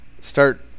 start